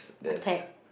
attack